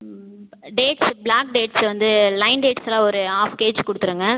dates black dates வந்து லயன்டேட்ஸ்ஸில் ஒரு ஆஃப் கேஜி கொடுத்துருங்க